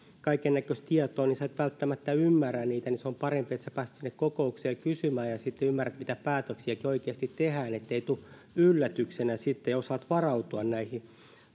kaikennäköistä tietoa ja sinä et välttämättä ymmärrä niitä niin se on parempi että sinä pääset sinne kokoukseen kysymään ja sitten ymmärrät niitä päätöksiä joita oikeasti tehdään ettei tule sitten yllätyksenä ja osaat varautua näihin